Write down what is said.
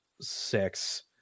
six